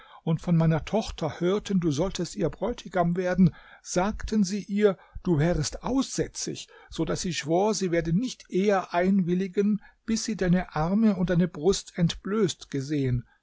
und von meiner tochter hörten du solltest ihr bräutigam werden sagten sie ihr du wärest aussätzig so daß sie schwor sie werde nicht eher einwilligen bis sie deine arme und deine brust entblößt gesehen